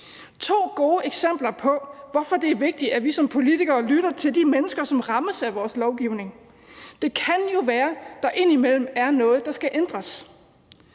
to gode eksempler på, hvorfor det er vigtigt, at vi som politikere lytter til de mennesker, som rammes af vores lovgivning. Det kan jo være, at der indimellem er noget, der skal ændres.